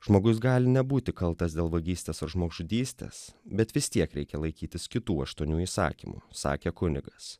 žmogus gali nebūti kaltas dėl vagystės ar žmogžudystės bet vis tiek reikia laikytis kitų aštuonių įsakymų sakė kunigas